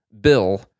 Bill